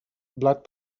blat